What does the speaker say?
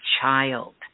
child